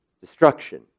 destruction